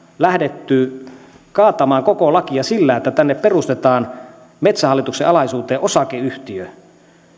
lähdetty kaatamaan koko lakia sillä että perustetaan metsähallituksen alaisuuteen osakeyhtiö